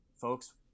Folks